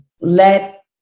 let